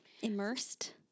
Immersed